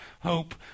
hope